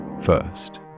first